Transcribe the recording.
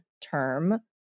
term